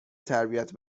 تربیت